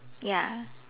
ya